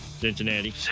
Cincinnati